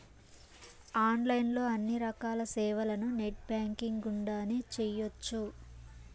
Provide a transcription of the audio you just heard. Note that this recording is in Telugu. ఆన్లైన్ లో అన్ని రకాల సేవలను నెట్ బ్యాంకింగ్ గుండానే చేయ్యొచ్చు